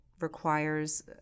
requires